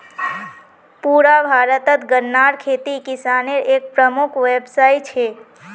पुरा भारतत गन्नार खेती किसानेर एक प्रमुख व्यवसाय छे